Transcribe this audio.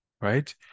right